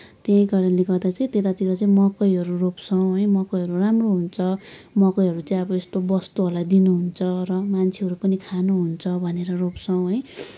त्यही कारणले गर्दा चाहिँ त्यतातिर चाहिँ मकैहरू रोप्छौँ है मकैहरू राम्रो हुन्छ मकैहरू चाहिँ अब बस्तुहरूलाई दिन हुन्छ र मान्छेहरू पनि खान हुन्छ भनेर रोप्छौँ है